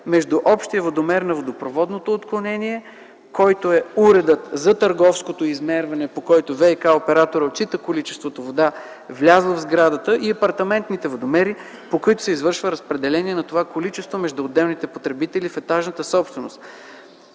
между общия водомер на водопроводното отклонение, който е уредът за търговското измерване, по който ВиК операторът отчита количеството вода, влязло в сградата, и апартаментните водомери, по които се извършва разпределение на това количество между отделните потребители в етажната собственост.